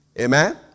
Amen